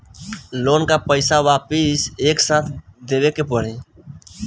Loan का पईसा वापिस एक साथ देबेके पड़ी?